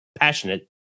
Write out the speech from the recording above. passionate